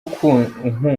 ukunda